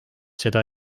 seda